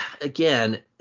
again